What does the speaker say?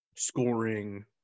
Scoring